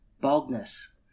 Baldness